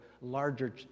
larger